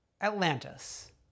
Atlantis